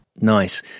Nice